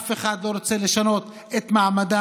אף אחד לא רוצה לשנות את מעמדם,